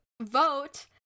vote